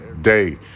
day